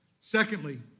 Secondly